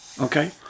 Okay